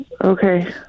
Okay